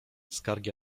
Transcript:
skargi